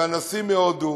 והנשיא מהודו,